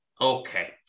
Okay